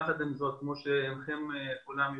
כמו שכולם יודעים,